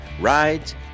rides